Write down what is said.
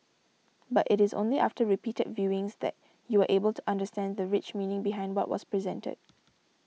but it is only after repeated viewings that you are able to understand the rich meaning behind what was presented